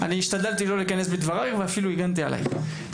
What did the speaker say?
אני השתדלתי לא להיכנס בדבריך ואפילו הגנתי עליך,